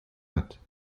hat